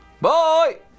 Bye